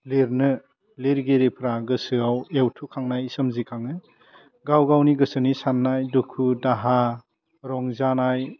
लिरनो लिरगिरिफ्रा गोसोआव एवथुखांनाय सोमजिखाङो गावगावनि गोसोनि सान्नाय दुखु दाहा रंजानाय